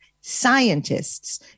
scientists